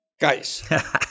Guys